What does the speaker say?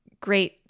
Great